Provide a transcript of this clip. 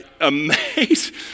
amazing